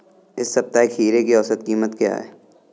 इस सप्ताह खीरे की औसत कीमत क्या है?